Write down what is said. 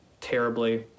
terribly